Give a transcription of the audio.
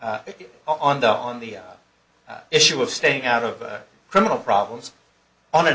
the on the issue of staying out of criminal problems on an